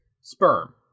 sperm